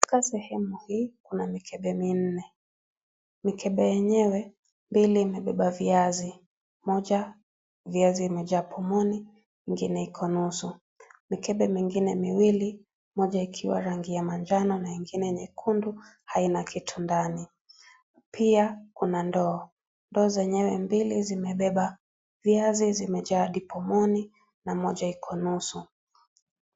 Katika sehemu hii kuna mikebe minne. Mikebe yenyewe, mbili imebeba viazi. Moja viazi imejaa pomoni ingine iko nusu. Mikebe mingine miwili, moja ikiwa na rangi ya manjano na ingine nyekundu haina kitu ndani. Pia kuna ndoo. Ndoo zenyewe mbili zimebeba viazi vimejaa hadi pomoni na moja iko nusu.